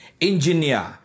Engineer